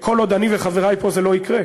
וכל עוד אני וחברי פה זה לא יקרה,